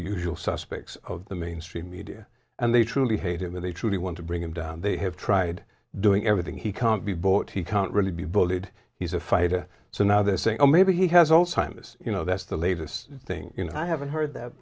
usual suspects of the mainstream media and they truly hate him or they truly want to bring him down they have tried doing everything he can't be bought he can't really be bullied he's a fighter so now they're saying oh maybe he has also imus you know that's the latest thing you know i haven't heard that